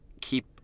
keep